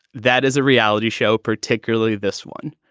that is a reality show, particularly this one.